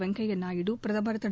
வெங்கப்யா நாயுடு பிரதமா் திரு